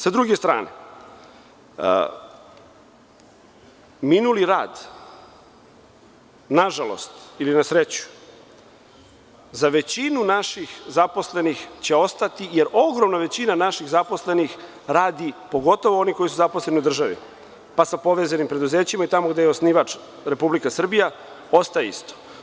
S druge strane, minuli rad, nažalost ili na sreću, za većinu naših zaposlenih će ostati, jer ogromna većina naših zaposlenih radi, pogotovo oni koji su zaposleni u državi, pa sa povezanim preduzećima i tamo gde je osnivač Republika Srbija, ostaje isto.